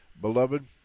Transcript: Beloved